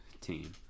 team